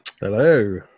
Hello